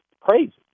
crazy